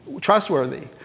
trustworthy